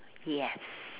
yes